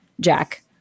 Jack